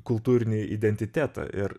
kultūrinį identitetą ir